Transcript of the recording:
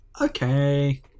Okay